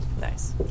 Nice